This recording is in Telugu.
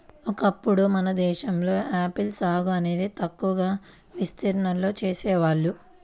ఒకప్పుడు మన దేశంలో ఆపిల్ సాగు అనేది తక్కువ విస్తీర్ణంలో చేసేవాళ్ళు